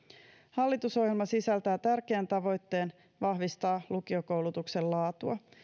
hallitusohjelma sisältää tärkeän tavoitteen vahvistaa lukiokoulutuksen laatua